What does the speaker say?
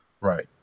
Right